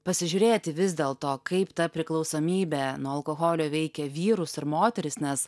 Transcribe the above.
pasižiūrėti vis dėlto kaip ta priklausomybė nuo alkoholio veikia vyrus ir moteris nes